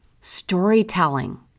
storytelling